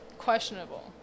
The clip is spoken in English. Questionable